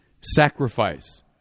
sacrifice